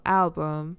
album